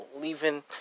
leaving